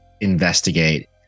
investigate